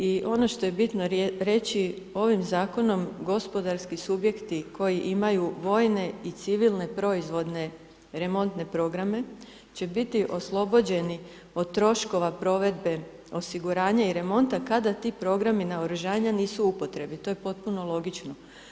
I ono što je bitno reći, ovim zakonom, gospodarski subjekti, koji imaju vojne i civilne proizvodne remontne programe, će biti oslobođeni od troškova provedbe osiguranja i remonta, kada ti programi naoružavanja nisu u upotrebi, to je potpuno logično.